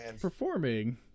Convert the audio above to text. performing